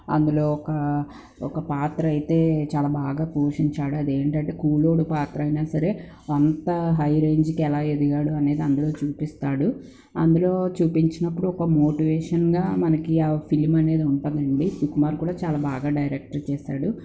అందులో ఒక ఒక పాత్ర అయితే చాలా బాగా పోషించాడు అదేటంటే కూలోడి పాత్రయినా సరే అంత హై రేంజ్కి ఎలా ఎదిగాడు అనేది అందులో చూపిస్తాడు అందులో చూపించినప్పుడు ఒక మోటివేషన్గా మనకి ఆ ఫిలిం అనేది ఉంటుందండి సుకుమార్ కూడా చాలా బాగా డైరెక్ట్ చేశాడు